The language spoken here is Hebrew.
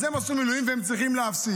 אז הם עשו מילואים והם צריכים להפסיד.